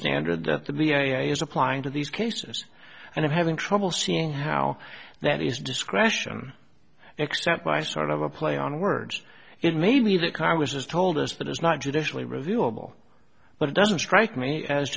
standard that the media is applying to these cases and i'm having trouble seeing how that is discretion except by sort of a play on words it may be that congress has told us that it's not judicially reviewable but it doesn't strike me as